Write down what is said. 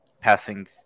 passing